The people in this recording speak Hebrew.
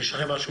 יש הערות?